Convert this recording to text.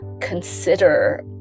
consider